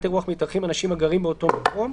אירוח מתארחים אנשים הגרים באותו מקום,